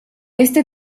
este